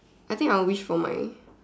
I think I will wish for my